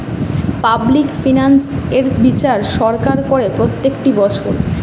public finance এর বিচার সরকার করে প্রত্যেকটি বছর